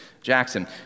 Jackson